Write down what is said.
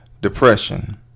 depression